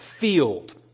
field